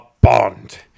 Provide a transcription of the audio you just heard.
bond